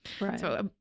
Right